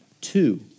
Two